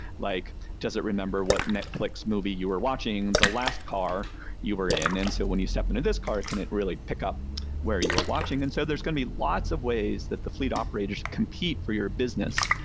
like does it remember what netflix movie you were watching in the last car you were in? and so when you step into this car, can it really pick up where you're watching? and so there's going to be lots of ways that the fleet operators compete for your business.